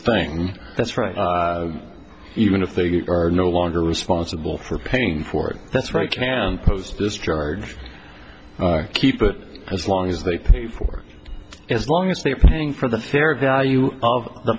thing that's right even if they are no longer responsible for paying for it that's right can post discharge or keep it as long as they pay for as long as they are paying for the fair value of the